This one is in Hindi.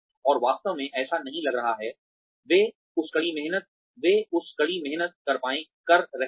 और वास्तव में ऐसा नहीं लग रहा है वे उस कड़ी मेहनत कर रहे हैं